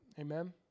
amen